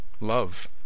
Love